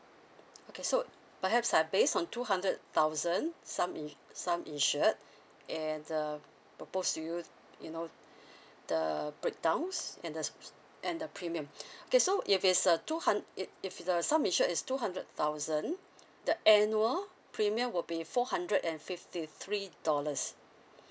okay so perhaps I based on two hundred thousand sum in~ sum insured and the propose to you you know the breakdowns and the and the premium okay so if it's a two hun~ if it's a sum insured is two hundred thousand the annual premium will be four hundred and fifty three dollars